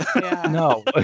no